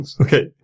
Okay